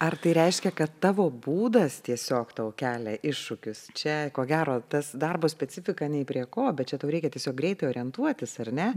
ar tai reiškia kad tavo būdas tiesiog tau kelia iššūkius čia ko gero tas darbo specifika nei prie ko bet čia tau reikia tiesiog greitai orientuotis ar ne